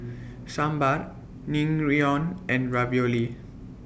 Sambar Naengmyeon and Ravioli